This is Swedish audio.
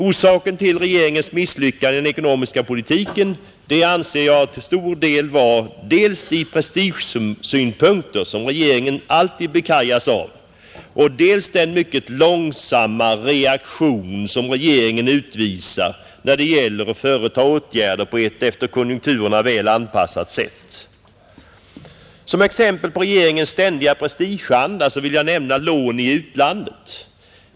Orsaken till regeringens misslyckande i den ekonomiska politiken anser jag till stor del vara dels de prestigesynpunkter som regeringen alltid bekajas av, dels den mycket långsamma reaktion som regeringen utvisar när det gäller att vidta åtgärder på ett efter konjunkturerna väl anpassat sätt. Som exempel på regeringens ständiga prestigeanda vill jag nämna frågan om lån i utlandet.